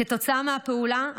כתוצאה מהפעולה,